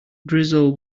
drizzle